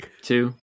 two